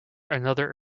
another